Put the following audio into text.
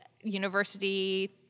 university